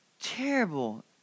terrible